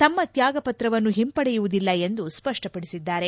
ತಮ್ಮ ತ್ಯಾಗಪತ್ರವನ್ನು ಹಿಂಪಡೆಯುವುದಿಲ್ಲ ಎಂದು ಸ್ಪಪ್ಪಡಿಸಿದ್ದಾರೆ